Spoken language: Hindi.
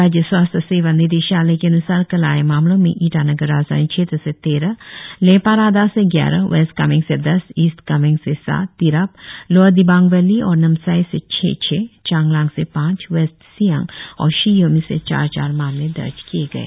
राज्य स्वास्थ्य सेवा निदेशालय के अन्सार कल आए मामलों में ईटानगर राजधानी क्षेत्र से तेरह लेपारादा से ग्यारह वेस्ट कामेंग से दस ईस्ट सियांग से सात तिराप लोअर दिबांग वैली और नामसाई से छह छह चांगलांग से पांच वेस्ट सियांग और शी योमी से चार चार मामले दर्ज किए गए